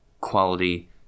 quality